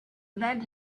lead